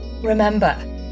Remember